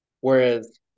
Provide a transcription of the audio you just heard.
Whereas